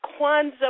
Kwanzaa